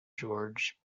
george